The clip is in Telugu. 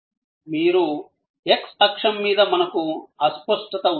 మీరు x అక్షం మీద మనకు అస్పష్టత ఉంది